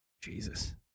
Jesus